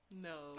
no